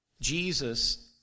Jesus